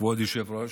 כבוד היושב-ראש,